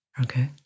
Okay